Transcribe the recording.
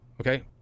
okay